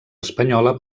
espanyola